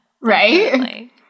right